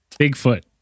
Bigfoot